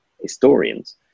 historians